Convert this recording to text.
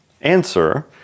Answer